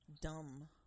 Dumb